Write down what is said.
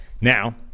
Now